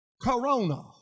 Corona